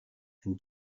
and